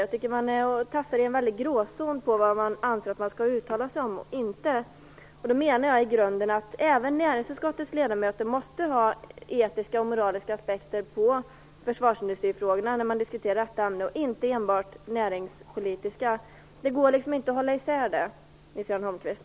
Jag tycker att man tassar i en gråzon när det gäller vad man skall uttala sig om och inte. Även näringsutskottets medlemmar måste se till etiska och moraliska aspekter när man diskuterar försvarsindustrifrågorna och inte enbart näringspolitiska. Det går inte att hålla isär detta, Nils-Göran Holmqvist.